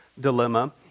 dilemma